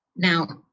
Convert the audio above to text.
now,